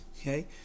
okay